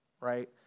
right